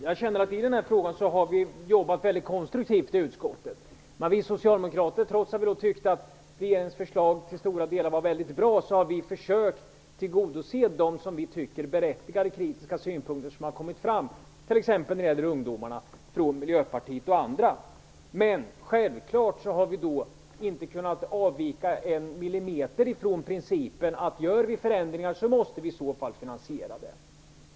Herr talman! Jag känner att vi har jobbat konstruktivt med den här frågan i utskottet. Men trots att vi socialdemokrater tyckte att regeringens förslag till stora delar var bra, har vi försökt att tillgodose de som vi tycker berättigade kritiska synpunkter som framkommit från Miljöpartiet och andra, t.ex. när det gäller ungdomarna. Men självfallet har vi inte kunnat vika en millimeter från principen att de förändringar som görs måste vara finansierade.